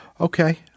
Okay